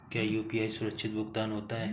क्या यू.पी.आई सुरक्षित भुगतान होता है?